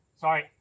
Sorry